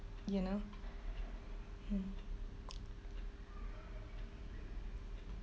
you know hmm